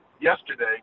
Yesterday